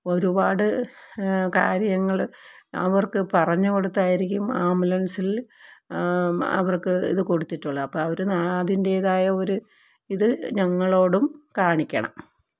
ഒരുപാട് കാര്യങ്ങള് അവർക്ക് പറഞ്ഞു കൊടുത്തായിരിക്കും ആംബുലൻസിൽ അവർക്ക് ഇത് കൊടുത്തിട്ടുള്ളെ അപ്പോള് അവര് അതിൻറ്റേതായ ഒരു ഇത് ഞങ്ങളോടും കാണിക്കണം